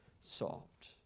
solved